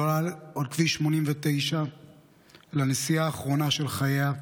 היא עולה על כביש 89 לנסיעה האחרונה של חייה.